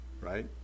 right